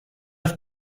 have